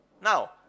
Now